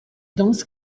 dense